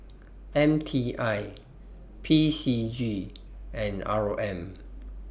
M T I P C G and R O M